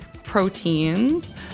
proteins